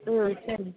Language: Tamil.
ம் சரிங்